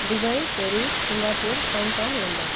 Dubai Paris Singapore Hong Kong London